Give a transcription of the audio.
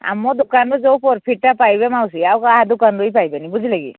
ଆମ ଦୋକାନରୁ ଯେଉଁ ପ୍ରଫିଟଟା ପାଇବେ ମାଉସୀ ଆଉା ଦୋକାନରୁ ପାଇବେନି ବୁଝିଲେ କି